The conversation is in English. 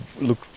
look